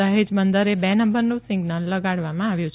દહેજ બંદરે બે નંબરનું સિઝલ લગાડવામાં આવ્યુ